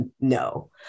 No